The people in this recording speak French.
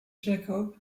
jacob